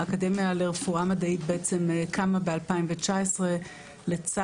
האקדמיה לרפואה מדעית קמה ב-2019 לצד